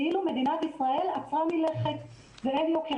כאילו מדינת ישראל עצרה מלכת ואין יוקר